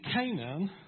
Canaan